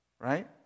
right